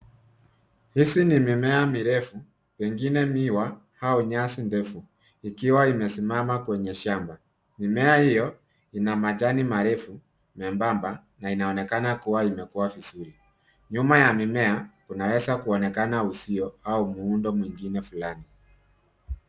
Hizi ni mimea mirefu, pengine miwa, au nyasi ndefu ikiwa imesimama kwenye shamba, mimea hiyo, ina majani marefu, membamba, na inaonekana kuwa imekua vizuri. Nyuma ya mimea kunaweza kuonekana uzio au muundo mwingine fulani.